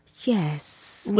yes.